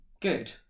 good